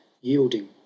yielding